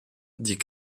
dit